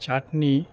চাটনি